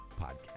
podcast